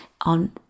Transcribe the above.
on